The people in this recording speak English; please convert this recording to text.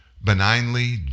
benignly